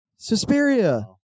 Suspiria